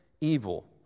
evil